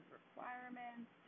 requirements